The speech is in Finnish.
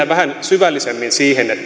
vähän syvällisemmin siihen